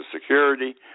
Security